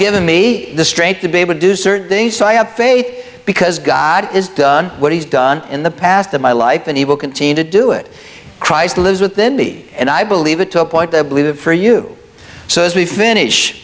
given me the strength to be able to do certain things so i have faith because god is done what he's done in the past in my life and he will continue to do it christ lives within be and i believe it to a point that live for you so as we finish